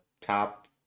top